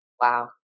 Wow